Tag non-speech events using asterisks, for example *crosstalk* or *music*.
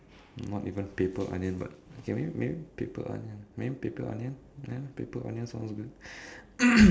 not even paper onion but okay maybe maybe paper onion maybe paper onion ya paper onion sounds good *coughs*